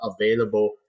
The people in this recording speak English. available